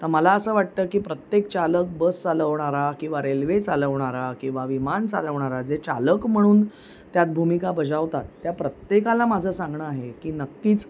तं मला असं वाटतं की प्रत्येक चालक बस चालवणारा किंवा रेल्वे चालवणारा किंवा विमान चालवणारा जे चालक म्हणून त्यात भूमिका बजावतात त्या प्रत्येकाला माझं सांगणं आहे की नक्कीच